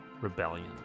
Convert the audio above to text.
rebellion